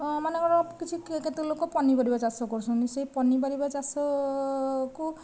ମନେକର କିଛି କିଏ କେତେ ଲୋକ ପନିପରିବା ଚାଷ କରୁଛନ୍ତି ସେହି ପନିପରିବା ଚାଷକୁ